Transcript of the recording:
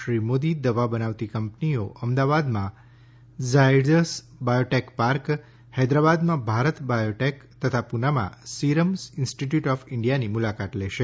શ્રી મોદી દવા બનાવતી કંપનીઓ અમદાવાદમાં ઝાયડસ બાયોટેક પાર્ક હૈદરાબાદમાં ભારત બાયોટેક તથા પુનામાં સીરમ ઇન્સ્ટીટયુટ ઓફ ઇન્ડિયાની મુલાકાત લેશે